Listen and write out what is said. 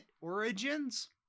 origins